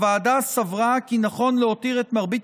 הוועדה סברה כי נכון להותיר את מרבית